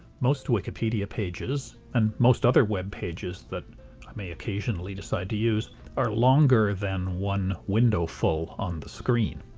most wikipedia pages and most other web pages that i may occasionally decide to use are longer than one window-full on the screen.